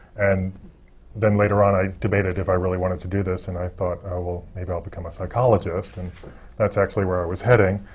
and then later on, i debated if i really wanted to do this, and i thought, oh, well, maybe i'll become a psychologist, and that's actually where i was heading.